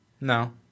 No